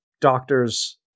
doctors